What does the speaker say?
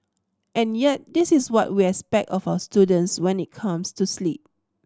and yet this is what we expect of our students when it comes to sleep